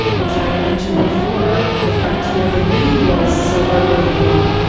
which i mentioned before, the frontier that he was so early on,